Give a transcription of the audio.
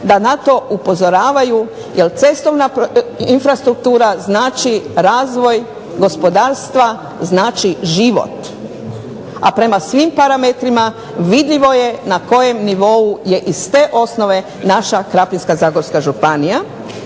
da na to upozoravaju jer cestovna infrastruktura znači razvoj gospodarstva, znači život, a prema svim parametrima vidljivo je na kojem nivou je i s te osnove naša Krapinsko-zagorska županija.